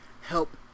help